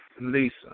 Lisa